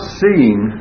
seeing